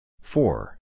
Four